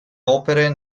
opere